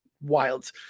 wild